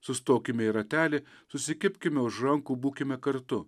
sustokime į ratelį susikibkime už rankų būkime kartu